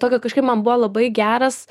tokio kažkaip man buvo labai geras